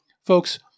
Folks